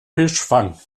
fischfang